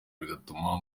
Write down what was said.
bigatuma